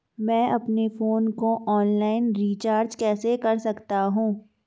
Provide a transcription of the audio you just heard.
मैं अपने फोन को ऑनलाइन रीचार्ज कैसे कर सकता हूं?